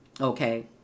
Okay